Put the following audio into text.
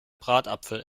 bratapfel